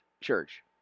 church